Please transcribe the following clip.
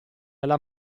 alla